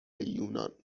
یونان